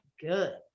good